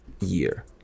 year